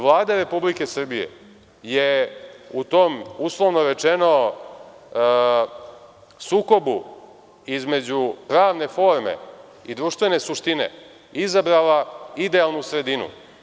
Vlada RS je u tom, uslovno rečeno, sukobu između pravne forme i društvene suštine izabrala idealnu sredinu.